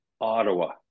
Ottawa